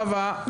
חווה,